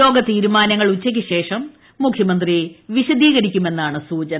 യോഗ തീരുമാനങ്ങൾ ഉച്ചയ്ക്കുശേഷം മുഖ്യമന്ത്രി വിശദീകരിക്കുമെന്നാണ് സൂചന